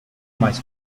mais